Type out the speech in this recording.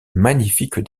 magnifiques